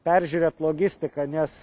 peržiūrėt logistiką nes